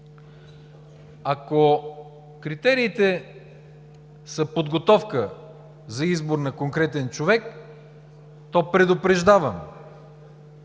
Ако критериите са подготовка за избор на конкретен човек, то предупреждавам,